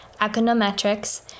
Econometrics